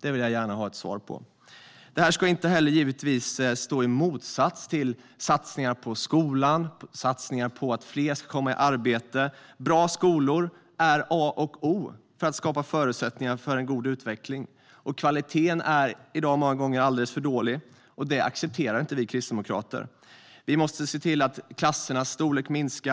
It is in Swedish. Det vill jag gärna ha ett svar på. Detta ska givetvis inte ställas mot satsningar på skolan och satsningar på att fler ska komma i arbete. Bra skolor är A och O för att skapa förutsättningar för en bra utveckling. I dag är kvaliteten många gånger alldeles för dålig, och det accepterar inte Kristdemokraterna. Vi måste minska klassernas storlek. Vi måste